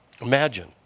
Imagine